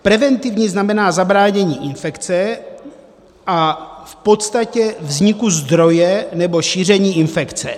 Preventivní znamená zabránění infekce a v podstatě vzniku zdroje nebo šíření infekce.